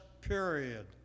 period